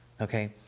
okay